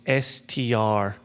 STR